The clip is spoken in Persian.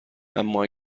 اما